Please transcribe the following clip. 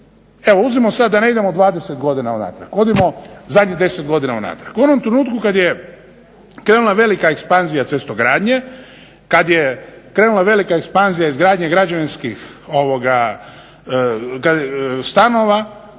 Evo uzmimo sad da ne idemo 20 godina unatrag, odimo zadnjih 10 godina unatrag. U onom trenutku kad je krenula velika ekspanzija cestogradnje, kad je krenula velika ekspanzija izgradnje građevinskih stanova